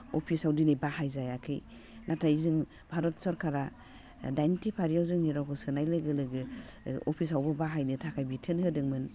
अफिसाव दिनै बाहायजायाखै नाथाय जों भारत सरकारा डाइनथि फारियाव जोंनि रावखौ सोनाय लोगो लोगो अफिसावबो बाहायनो थाखाय बिथोन होदोंमोन